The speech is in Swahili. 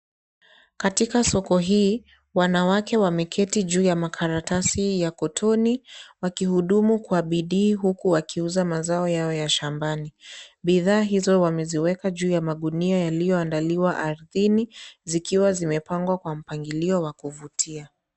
Katika soko hii, wanawake wameketi juu ya makaratasi hii ya kutuni, wakihudumu kwa bidii huku wakiuza mazao yao ya shambani. Bidhaa hizo wameziweka juu ya magunia yaliyoandaliwa ardhini, zikiwa zimepangwa kwa mpangilio wa kuvutia.